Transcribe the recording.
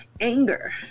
anger